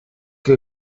que